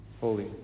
Holy